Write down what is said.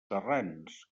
serrans